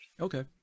Okay